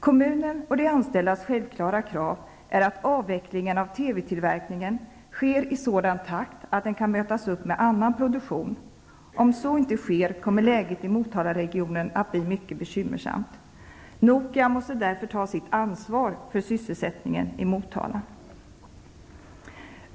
Kommunens och de anställdas självklara krav är att avvecklingen av TV-tillverkningen sker i sådan takt att den kan mötas med annan produktion. Om så inte sker kommer läget i Motalaregionen att bli mycket bekymmersamt. Nokia måste därför ta sitt ansvar för sysselsättningen i Motala.